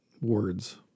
words